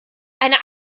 einer